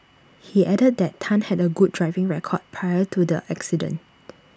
he added that Tan had A good driving record prior to the accident